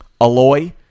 Aloy